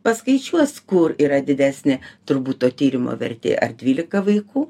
paskaičiuos kur yra didesnė turbūt to tyrimo vertė ar dvylika vaikų